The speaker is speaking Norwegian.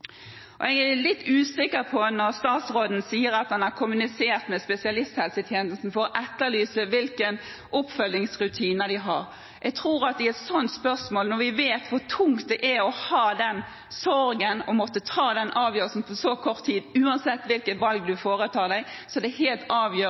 Jeg blir litt usikker når statsråden sier at han har kommunisert med spesialisthelsetjenesten og etterlyst hvilke oppfølgingsrutiner de har. Jeg tror at i et sånt spørsmål – når vi vet hvor tungt det er å bære sorgen og å måtte ta avgjørelsen på så kort tid, uansett hvilket valg